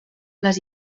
les